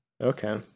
Okay